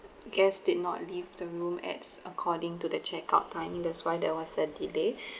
guests did not leave the room at s~ according to the check out time I mean that's why there was a delay